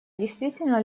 действительно